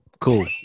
Cool